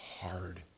hard